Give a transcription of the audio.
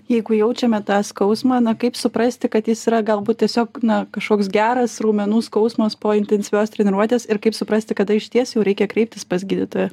jeigu jaučiame tą skausmą na kaip suprasti kad jis yra galbūt tiesiog na kažkoks geras raumenų skausmas po intensyvios treniruotės ir kaip suprasti kada išties jau reikia kreiptis pas gydytoją